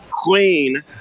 queen